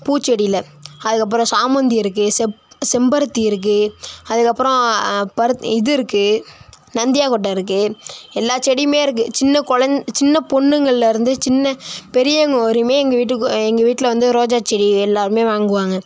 பூச்செடியில் அதுக்கப்புறோம் சாமந்தி இருக்குது செப் செம்பருத்தி இருக்குது அதுக்கப்புறோம் பருத் இது இருக்குது நந்தியாகொட்டை இருக்கு எல்லா செடியும் இருக்குது சின்ன குழந் சின்ன பொண்ணுங்கள்லேருந்து சின்ன பெரியவங்க வரையும் எங்கள் வீட்டுக்கு எங்கள் வீட்டில் வந்து ரோஜா செடி எல்லாரும் வாங்குவாங்க